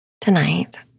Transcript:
Tonight